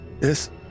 Yes